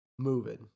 Moving